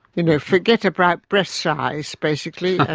you know forget a bright breast size basically,